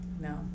No